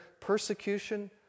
persecution